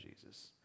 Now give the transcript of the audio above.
Jesus